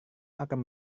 akan